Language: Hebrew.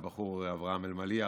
הבחור אברהם אלמליח,